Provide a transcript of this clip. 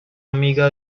amiga